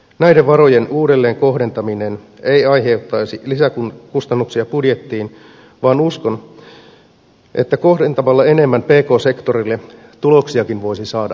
näiden varojen uudelleenkohdentaminen ei aiheuttaisi lisäkustannuksia budjettiin vaan uskon että kohdentamalla enemmän pk sektorille tuloksiakin voisi saada enemmän